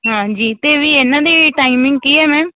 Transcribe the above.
ਹਾਂਜੀ ਅਤੇ ਵੀ ਇਹਨਾਂ ਦੇ ਟਾਈਮਿੰਗ ਕੀ ਹੈ ਮੈਮ